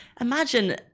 imagine